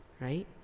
right